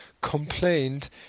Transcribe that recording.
complained